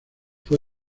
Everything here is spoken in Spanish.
fue